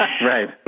right